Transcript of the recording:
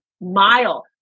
mile